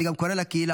אני גם קורא לקהילה: